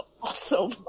awesome